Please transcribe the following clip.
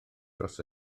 dros